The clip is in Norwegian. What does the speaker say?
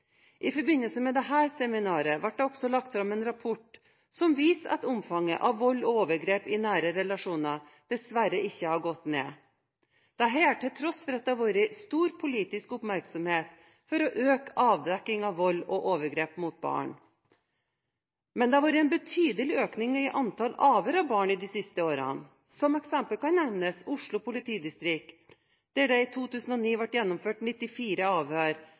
I forbindelse med dette seminaret ble det også lagt fram en rapport som viser at omfanget av vold og overgrep i nære relasjoner dessverre ikke har gått ned – dette til tross for at det har vært stor politisk oppmerksomhet for å øke avdekkingen av vold og overgrep mot barn. Men det har vært en betydelig økning i antallet avhør av barn de siste årene. Som eksempel kan nevnes Oslo politidistrikt, der det i 2009 ble gjennomført 94 avhør,